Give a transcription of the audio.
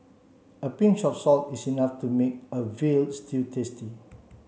a pinch of salt is enough to make a veal stew tasty